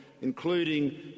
including